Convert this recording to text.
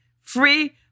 free